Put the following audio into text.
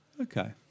Okay